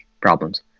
problems